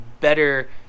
better